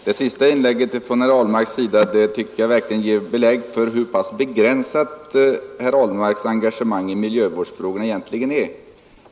Herr talman! Herr Ahlmarks senaste inlägg ger belägg för hur pass begränsat herr Ahlmarks engagemang i miljövårdsfrågorna egentligen är.